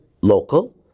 local